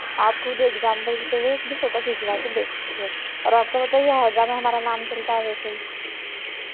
आप खुद एग्ज़ाम्पल के लिए एक दो फ़ोटो खिंचवा के देख सकते हो और आपको पता है ये हरदा में हमारा नाम चलता है वेसे ही